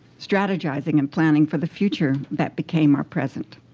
strategizing and planning for the future that became our present.